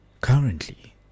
Currently